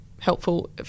Helpful